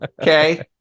Okay